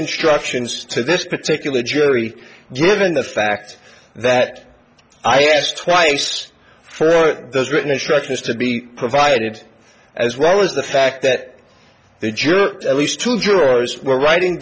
instructions to this particular jury given the fact that i asked twice for those written instructions to be provided as well as the fact that they jerked at least two jurors were writing